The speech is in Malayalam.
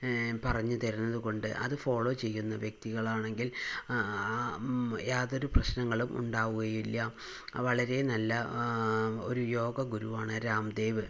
പറഞ്ഞ് തരുന്നത് കൊണ്ട് അത് ഫോളോ ചെയ്യുന്ന വ്യക്തികളാണെങ്കിൽ യാതൊരു പ്രശ്നങ്ങളും ഉണ്ടാവുകയില്ല വളരെ നല്ല ഒരു യോഗ ഗുരുവാണ് രാംദേവ്